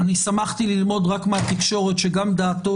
אני שמחתי ללמוד רק מהתקשורת שגם דעתו